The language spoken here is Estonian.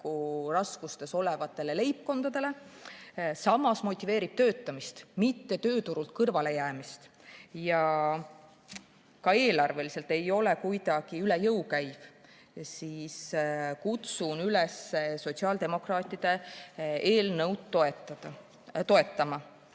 olevatele leibkondadele ja samas motiveerib töötamist, mitte tööturult kõrvalejäämist, ja ka eelarveliselt ei ole kuidagi üle jõu käiv, kutsun üles sotsiaaldemokraatide eelnõu toetama.